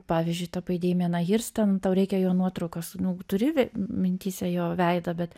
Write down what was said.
pavyzdžiui tapai demieną hirstą tau reikia jo nuotraukos nu turi mintyse jo veidą bet